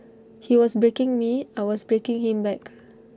he was breaking me I was breaking him back